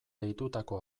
deitutako